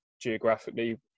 geographically